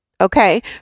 Okay